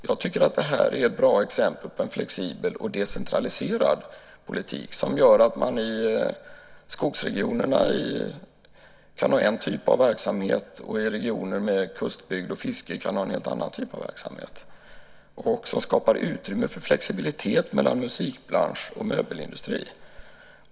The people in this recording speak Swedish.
Jag tycker att det här är ett bra exempel på en flexibel och decentraliserad politik som gör att man i skogsregionerna kan ha en typ av verksamhet och i regioner med kustbygd och fiske en helt annan typ av verksamhet och som skapar utrymme för flexibilitet mellan musikbransch och möbelindustri.